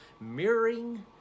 mirroring